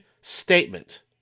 statement